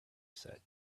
said